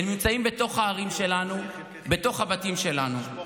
הם נמצאים בתוך הערים שלנו, בתוך הבתים שלנו.